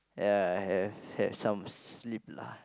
yeah have had some sleep lah